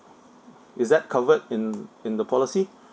is that covered in in the policy